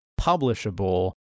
publishable